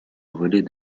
relais